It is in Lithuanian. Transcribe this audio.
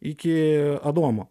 iki adomo